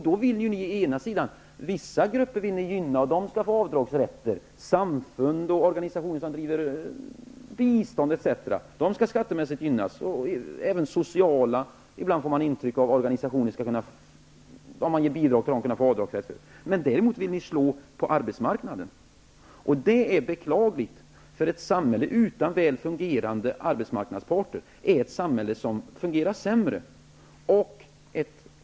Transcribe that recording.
Ni vill alltså å ena sidan gynna vissa grupper med avdragsrätt. Samfund och organisationer som bedriver bistånd etc. skall skattemässigt favoriseras. Man får ibland intrycket att bidrag till sociala organisationer skall kunna föranleda avdragsrätt. Å andra sidan vill ni slå mot föreningar på arbetsmarknadsområdet. Det är beklagligt, för ett samhälle utan väl fungerande arbetsmarknadsparter fungerar i sin tur sämre.